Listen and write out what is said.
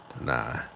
Nah